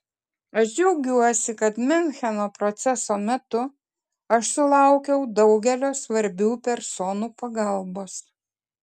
aš džiaugiuosi kad miuncheno proceso metu aš sulaukiau daugelio svarbių personų pagalbos